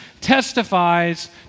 testifies